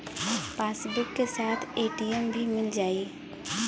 Passbook के साथ ATM भी मील जाई?